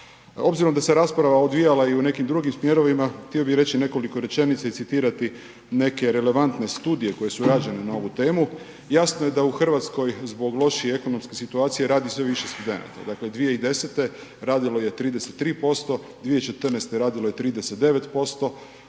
Obzirom da se rasprava odvijala i u nekim drugim smjerovima htio bi reći i nekoliko rečenica i citirati neke relevantne studije koje su rađene na ovu temu, jasno je da u RH zbog lošije ekonomske situacije radi sve više studenta, dakle 2010. radilo je 33%, 2014. radilo je 39%